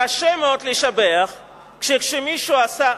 קשה מאוד לשבח שכשמישהו עשה א'